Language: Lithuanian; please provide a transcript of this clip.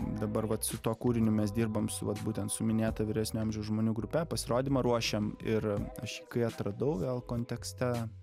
dabar vat su tuo kūriniu mes dirbam su vat būtent su minėta vyresnio amžiaus žmonių grupe pasirodymą ruošiam ir aš jį kai atradau vėl kontekste